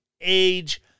age